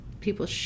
people